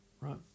right